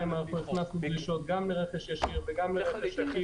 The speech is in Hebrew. הכנסנו דרישות גם לרכש ישיר וגם לרכש עקיף,